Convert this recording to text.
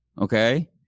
Okay